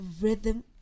rhythm